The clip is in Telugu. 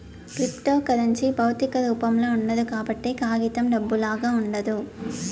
క్రిప్తోకరెన్సీ భౌతిక రూపంలో ఉండదు కాబట్టి కాగితం డబ్బులాగా ఉండదు